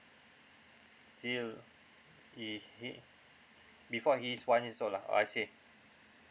he'll he he before he's one years old lah I see